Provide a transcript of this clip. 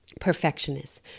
perfectionist